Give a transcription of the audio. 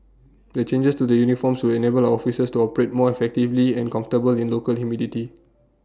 the changes to the uniforms will enable our officers to operate more effectively and comfortably in local humidity